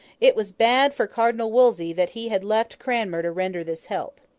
it was bad for cardinal wolsey that he had left cranmer to render this help.